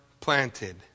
planted